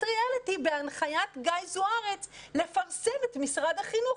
ריאליטי בהנחיית גיא זוארץ לפרסם את משרד החינוך.